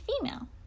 female